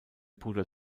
bruder